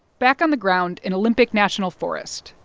back on the ground in olympic national forest,